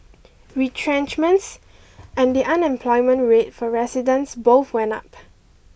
retrenchments and the unemployment rate for residents both went up